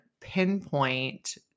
pinpoint